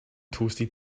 toasted